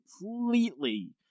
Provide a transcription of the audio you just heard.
completely